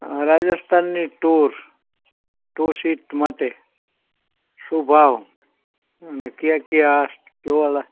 રાજસ્થાનની tour two seat માટે શું ભાવ ને કયા કયા જોવાલા